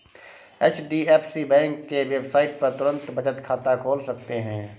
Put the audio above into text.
HDFC bank के website पर तुरंत बचत खाता खोल सकते है